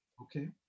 okay